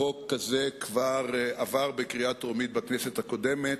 חוק כזה כבר עבר בקריאה טרומית בכנסת הקודמת,